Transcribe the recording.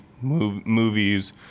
movies